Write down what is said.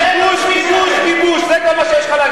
כיבוש, כיבוש, כיבוש, זה כל מה שיש לך להגיד.